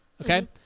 okay